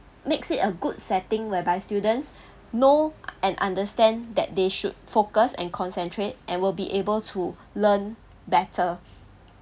makes it a good setting whereby students know and understand that they should focus and concentrate and will be able to learn better